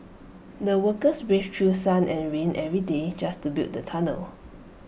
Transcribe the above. the workers braved through sun and rain every day just to build the tunnel